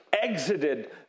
exited